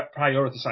prioritize